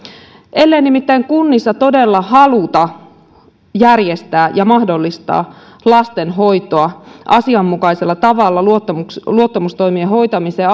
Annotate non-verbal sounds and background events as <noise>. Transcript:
ellei nimittäin kunnissa todella haluta järjestää ja mahdollistaa lastenhoitoa asianmukaisella tavalla luottamustoimien hoitamisen <unintelligible>